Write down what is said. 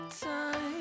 time